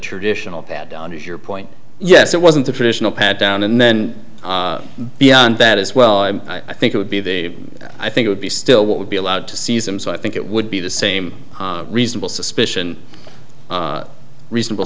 traditional pat down if your point yes it wasn't a traditional pat down and then beyond that as well i'm i think it would be the i think would be still what would be allowed to seize him so i think it would be the same reasonable suspicion reasonable